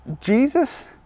Jesus